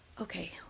Okay